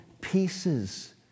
pieces